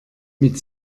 mit